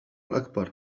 الأكبر